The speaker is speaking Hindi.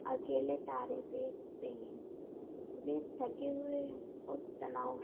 अकेल तारे देखते हैं वह थके हुए और तनाव